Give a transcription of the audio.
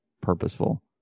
purposeful